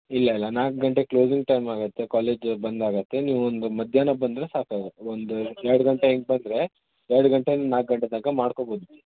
ಇಲ್ಲ ಇಲ್ಲ ನಾಲ್ಕು ಗಂಟೆ ಕ್ಲೋಸಿಂಗ್ ಟೈಮ್ ಆಗತ್ತೆ ಕಾಲೇಜು ಬಂದಾಗತ್ತೆ ನೀವೊಂದು ಮಧ್ಯಾಹ್ನ ಬಂದರೆ ಸಾಕಾಗತ್ತೆ ಒಂದು ಎರಡು ಗಂಟೆ ಹೀಗೆ ಬಂದರೆ ಎರಡು ಗಂಟೆಯಿಂದ ನಾಲ್ಕು ಗಂಟೆ ತನಕ ಮಾಡ್ಕೊಬೊದು